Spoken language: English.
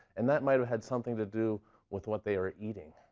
and that might've had something to do with what they were eating.